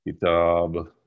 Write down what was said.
kitab